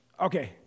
okay